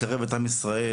לקרב את עם ישראל.